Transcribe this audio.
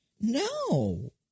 No